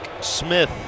Smith